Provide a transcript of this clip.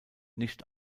nicht